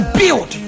build